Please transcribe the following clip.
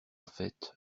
fête